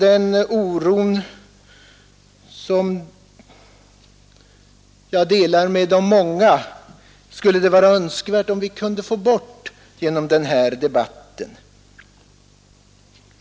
Den oron, som jag delar med de många, skulle det vara önskvärt om vi kunde få bort genom denna debatt.